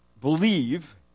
believe